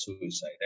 suicide